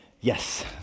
Yes